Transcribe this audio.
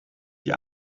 die